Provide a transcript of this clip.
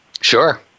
Sure